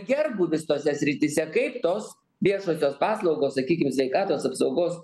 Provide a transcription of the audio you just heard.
gerbūvis tose srityse kaip tos viešosios paslaugos sakykim sveikatos apsaugos